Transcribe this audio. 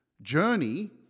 Journey